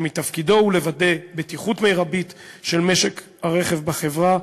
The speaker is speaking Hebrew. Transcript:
שמתפקידו לוודא בטיחות מרבית של משק הרכב בחברה,